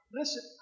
listen